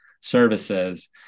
services